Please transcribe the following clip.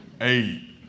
Eight